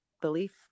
belief